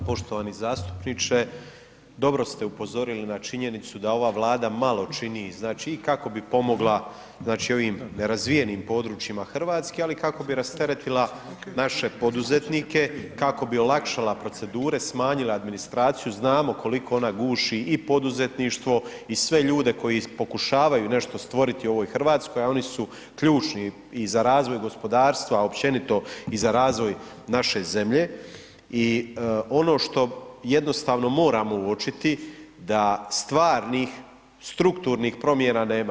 Hvala poštovani zastupniče, dobro ste upozorili na činjenicu da ova Vlada malo čini, znači, i kako bi pomogla, znači, i ovim nerazvijenim područjima RH, ali i kako bi rasteretila naše poduzetnike, kako bi olakšala procedure, smanjila administraciju, znamo koliko ona guši i poduzetništvo i sve ljude koji pokušavaju nešto stvoriti u ovoj RH, a oni su ključni i za razvoj gospodarstva općenito i za razvoj naše zemlje i ono što jednostavno moramo uočiti da stvarnih, strukturnih promjena nema.